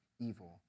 evil